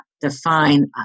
define